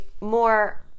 more